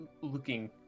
Looking